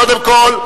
קודם כול,